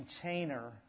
container